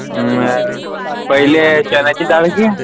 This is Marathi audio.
पहिले चण्याची डाळ घे